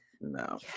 no